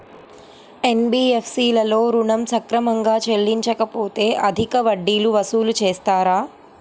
NBFC లలో ఋణం సక్రమంగా చెల్లించలేకపోతె అధిక వడ్డీలు వసూలు చేస్తారా?